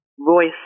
voice